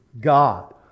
God